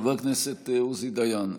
חבר הכנסת עוזי דיין,